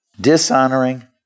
dishonoring